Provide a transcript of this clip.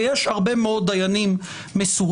ויש הרבה מאוד דיינים מסורים,